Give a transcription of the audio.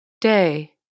day